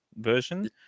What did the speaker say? version